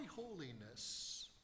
holiness